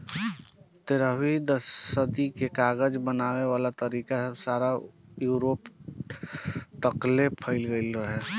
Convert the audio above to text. तेरहवीं सदी में कागज बनावे वाला तरीका सारा यूरोप तकले फईल गइल रहे